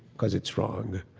because it's wrong.